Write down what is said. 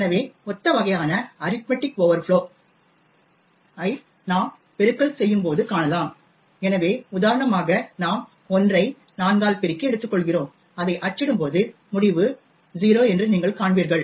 எனவே ஒத்த வகையான அரித்மடிக் ஓவர்ஃப்ளோ ஐ நாம் பெருக்கல் செய்யும் போது காணலாம் எனவே உதாரணமாக நாம் l ஐ 4ஆல் பெருக்கி எடுத்துக்கொள்கிறோம் அதை அச்சிடும்போது முடிவு 0 என்று நீங்கள் காண்பீர்கள்